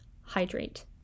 hydrate